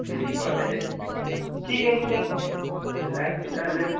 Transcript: যদি করা যায় ঠিক আছে স্যার রাখছি তাহলে